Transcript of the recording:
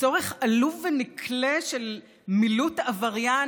לצורך עלוב ונקלה של מילוט עבריין,